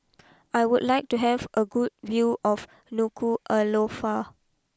I would like to have a good view of Nuku Alofa